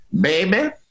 Baby